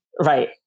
Right